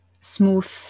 smooth